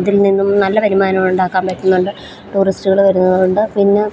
അതിൽ നിന്നും നല്ല വരുമാനമുണ്ടാക്കാൻ പറ്റുന്നുണ്ട് ടൂറിസ്റ്റുകൾ വരുന്നത് കൊണ്ട് പിന്നെ